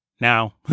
Now